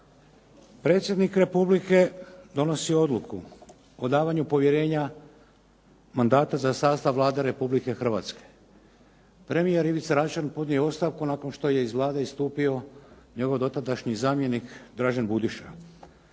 Predsjednik Republike donosi odluku o davanju povjerenja mandata za sastav Vlade Republike Hrvatske. Premijer Ivica Račan podnio je ostavku nakon što je iz Vlade istupio njegov dotadašnji zamjenik Dražen Budiša.